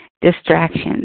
distractions